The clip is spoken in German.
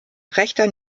rechter